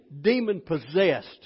demon-possessed